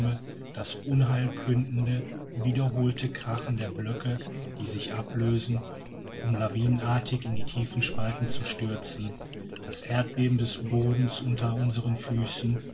das unheilkündende wiederholte krachen der blöcke die sich ablösen um lawinenartig in die tiefen spalten zu stürzen das erbeben des bodens unter unseren füßen